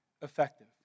effective